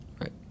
Right